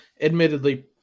admittedly